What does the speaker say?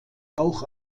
auch